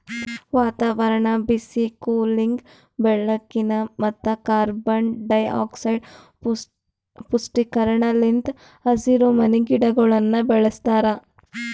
ವಾತಾವರಣ, ಬಿಸಿ, ಕೂಲಿಂಗ್, ಬೆಳಕಿನ ಮತ್ತ ಕಾರ್ಬನ್ ಡೈಆಕ್ಸೈಡ್ ಪುಷ್ಟೀಕರಣ ಲಿಂತ್ ಹಸಿರುಮನಿ ಗಿಡಗೊಳನ್ನ ಬೆಳಸ್ತಾರ